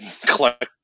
Collect